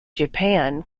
japan